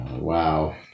Wow